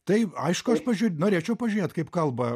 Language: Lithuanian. tai aišku aš pažiū norėčiau pažiūrėt kaip kalba